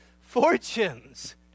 fortunes